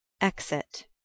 Exit